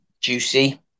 juicy